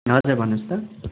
हजुर भन्नुहोस् त